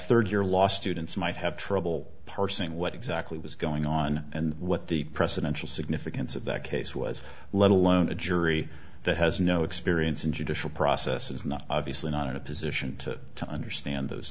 third year law students might have trouble parsing what exactly was going on and what the presidential significance of that case was let alone a jury that has no experience in judicial process is not obviously not in a position to understand those